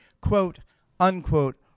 quote-unquote